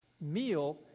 meal